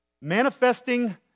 Manifesting